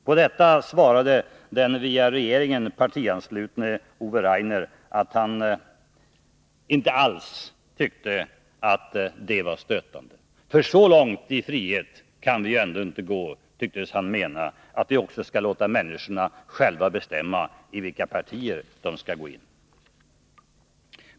På detta svarade den via regeringen partianslutne Ove Rainer att han inte alls tyckte att det var stötande. Så långt i frihet kan vi ju ändå inte gå, tycktes han mena, att vi också skall låta människorna själva bestämma i vilket parti de skall gå in.